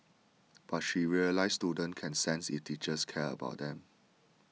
but she realised students can sense if teachers care about them